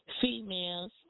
females